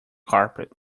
carpet